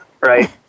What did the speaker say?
Right